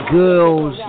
girls